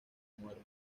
muerte